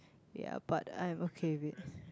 ya but I'm okay with it